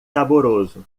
saboroso